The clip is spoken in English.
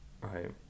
Right